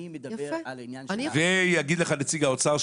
אני מדבר על העניין של --- ויגיד לך נציג האוצר,